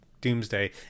Doomsday